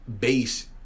base